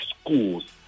schools